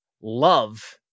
love